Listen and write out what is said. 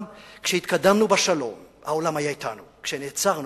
כשהתקדמנו בשלום, העולם היה אתנו, כשנעצרנו,